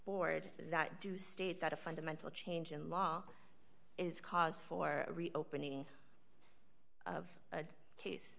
board that do state that a fundamental change in law is cause for reopening of a case